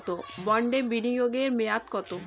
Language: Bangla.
বন্ডে বিনিয়োগ এর মেয়াদ কত?